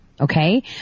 Okay